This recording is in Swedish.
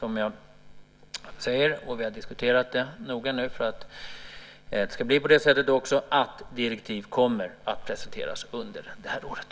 Vi har diskuterat detta noga, och det är så som jag säger, nämligen att direktiv kommer att presenteras under det här året.